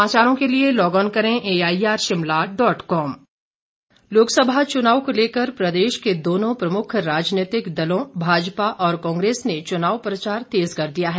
सुरेश कश्यप लोकसभा चुनाव को लेकर प्रदेश के दोनों प्रमुख राजनैतिक दलों भाजपा और कांग्रेस ने चुनाव प्रचार तेज कर दिया है